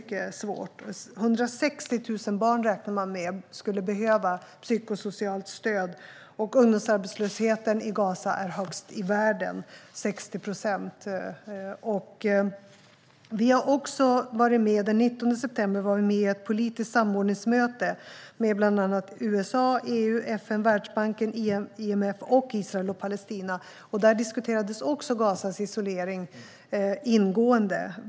Man räknar med att 160 000 barn skulle behöva psykosocialt stöd, och ungdomsarbetslösheten i Gaza är högst i världen - 60 procent. Den 19 september var vi med vid ett politiskt samordningsmöte med bland annat USA, EU, FN, Världsbanken, IMF samt Israel och Palestina. Också där diskuterades Gazas isolering ingående.